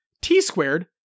T-Squared